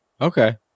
Okay